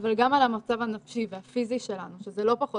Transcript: אבל גם על המצב הנפשי והפיזי שלנו שזה לא פחות